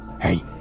Hey